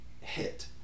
hit